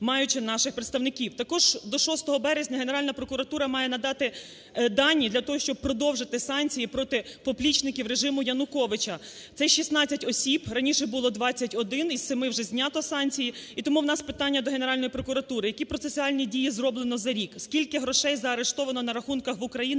маючи наших представників. Також до 6 березня Генеральна прокуратура має надати дані для того, щоб продовжити санкції проти поплічників режиму Януковича. Це 16 осіб, раніше було 21, із 7 вже знято санкції. І тому в нас питання до Генеральної прокуратури, які процесуальні дії зроблено за рік? Скільки грошей заарештовано на рахунках в Україні